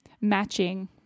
matching